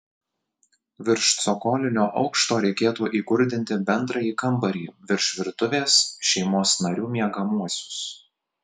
virš cokolinio aukšto reikėtų įkurdinti bendrąjį kambarį virš virtuvės šeimos narių miegamuosius